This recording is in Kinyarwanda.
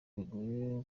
bigoye